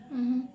mmhmm